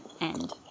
end